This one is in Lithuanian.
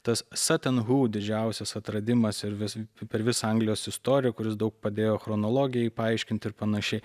tas satenhu didžiausias atradimas ir vis per visą anglijos istoriją kuris daug padėjo chronologijai paaiškinti ir panašiai